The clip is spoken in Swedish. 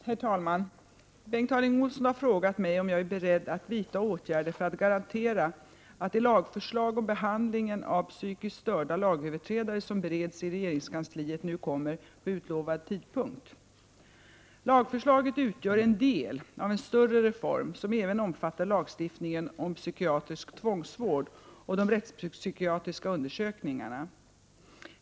Herr talman! Bengt Harding Olson har frågat mig om jag är beredd att vidta åtgärder för att garantera att det lagförslag om behandlingen av psykiskt störda lagöverträdare som bereds i regeringskansliet nu kommer på utlovad tidpunkt. Lagförslaget utgör en del av en större reform, som även omfattar lagstiftningen om psykiatrisk tvångsvård och de rättspsykiatriska undersökningarna.